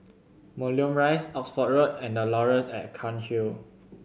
Moulmein Rise Oxford Road and The Laurels at Cairnhill